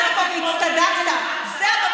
תצהירי שאת מוותרת על השכר שלך, עכשיו.